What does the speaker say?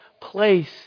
place